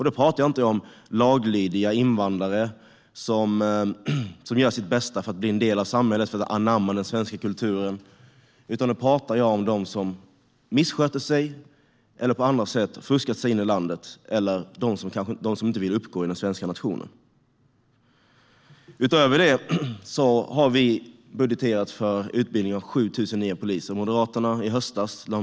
Då pratar jag inte om laglydiga invandrare som gör sitt bästa för att bli en del av samhället och för att anamma den svenska kulturen, utan jag pratar om dem som missköter sig eller på annat sätt fuskar sig in i landet och dem som inte vill uppgå i den svenska nationen. Utöver detta har vi budgeterat för utbildning av 7 000 nya poliser fram till 2022.